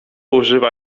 używa